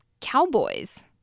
Cowboys